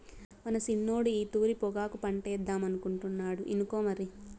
మన సిన్నోడు ఈ తూరి పొగాకు పంటేద్దామనుకుంటాండు ఇనుకో మరి